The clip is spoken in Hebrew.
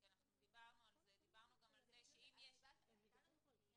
אנחנו דיברנו על זה שאם יש --- הייתה לנו פניה